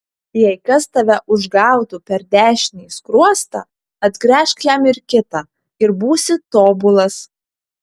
jei kas tave užgautų per dešinį skruostą atgręžk jam ir kitą ir būsi tobulas